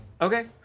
Okay